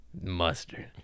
Mustard